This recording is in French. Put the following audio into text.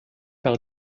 par